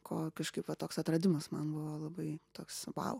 ko kažkaip va toks atradimas man buvo labai toks vau